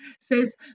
says